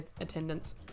attendance